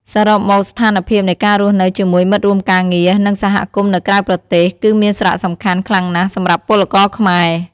សរុបមកស្ថានភាពនៃការរស់នៅជាមួយមិត្តរួមការងារ និងសហគមន៍នៅក្រៅប្រទេស គឺមានសារៈសំខាន់ខ្លាំងណាស់សម្រាប់ពលករខ្មែរ ។